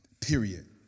period